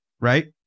right